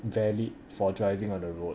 valid for driving on the road